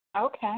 Okay